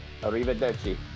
Arrivederci